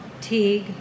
Teague